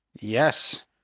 yes